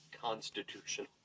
constitutional